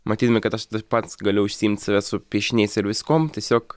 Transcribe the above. matydami kad aš pats galiu užsiimt save su piešiniais ir viskuom tiesiog